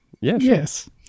Yes